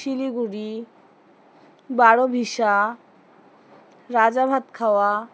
Siliguri Barobisha Rajabhatkhawa